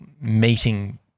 meeting